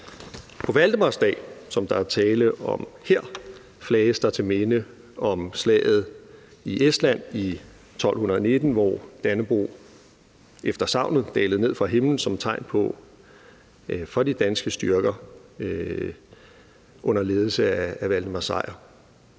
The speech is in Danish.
På valdemarsdag, som der er tale om her, flages der til minde om slaget i Estland i 1219, hvor Dannebrog efter sagnet dalede ned fra himlen som et tegn for de danske styrker under ledelse af Valdemar Sejr.